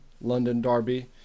London-Derby